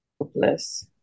Hopeless